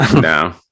no